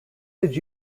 did